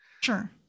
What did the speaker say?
sure